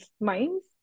minds